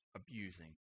abusing